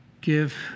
give